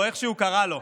או איך שהוא קרא לו,